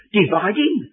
dividing